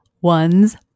one's